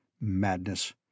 Madness